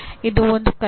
ಇದು ಒಂದು ಕಲೆ